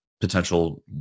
potential